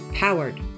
powered